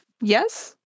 Yes